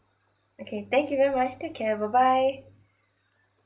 okay thank you very much take care bye bye